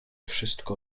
wszystko